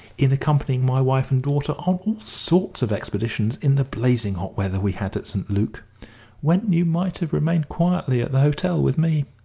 in accompanying my wife and daughter on all sorts of expeditions in the blazing hot weather we had at st. luc when you might have remained quietly at the hotel with me.